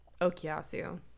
okiasu